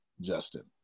Justin